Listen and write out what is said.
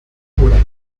cholera